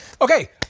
Okay